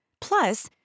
Plus